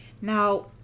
Now